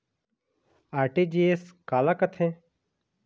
RTGS काला कथें?